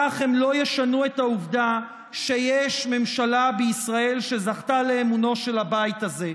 כך הם לא ישנו את העובדה שיש ממשלה בישראל שזכתה לאמונו של הבית הזה.